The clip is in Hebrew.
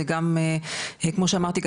זה גם כמו שאמרתי,